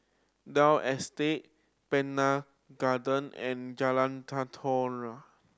Dalvey Estate Pannan Garden and Jalan Tenteram